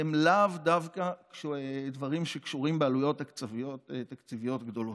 והן לאו דווקא דברים שקשורים בעלויות תקציביות גדולות.